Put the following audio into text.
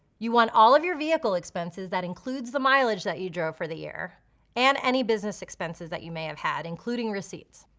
you want all of your vehicle expenses. that includes the mileage that you drove for the year and any business expenses that you may have had, including receipts.